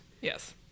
Yes